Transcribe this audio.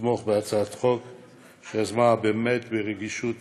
לתמוך בהצעת החוק שיזמה, באמת ברגישות